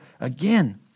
again